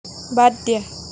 বাদ দিয়া